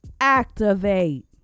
activate